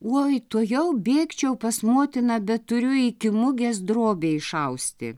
oi tuojau bėgčiau pas motiną bet turiu iki mugės drobė išausti